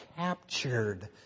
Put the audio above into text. captured